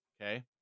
Okay